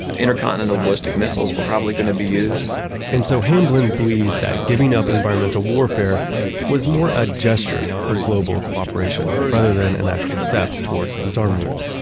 intercontinental ballistic missiles were probably going to be used and so, hamblin believes that giving up environmental warfare was more a gesture of global cooperation rather than an actual step towards disarmament.